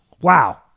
Wow